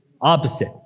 Opposite